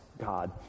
God